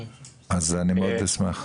אז אני מאד אשמח.